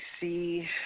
see